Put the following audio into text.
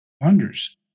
Wonders